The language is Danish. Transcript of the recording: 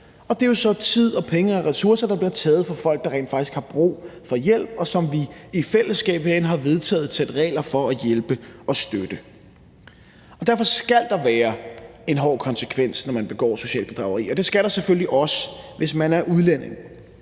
jo så tid og penge og ressourcer, der bliver taget fra folk, der rent faktisk har brug for hjælp, og som vi i fællesskab herinde har vedtaget et sæt regler for at hjælpe og støtte. Derfor skal der være en hård konsekvens, når man begår socialt bedrageri. Det skal der selvfølgelig også, hvis man er udlænding,